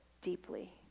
deeply